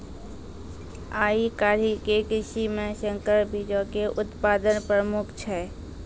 आइ काल्हि के कृषि मे संकर बीजो के उत्पादन प्रमुख छै